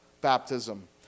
baptism